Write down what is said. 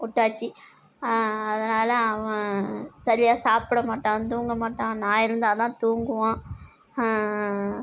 விட்டாச்சி அதனால் அவன் சரியாக சாப்பிட மாட்டான் தூங்க மாட்டான் நான் இருந்தால் தான் தூங்குவான்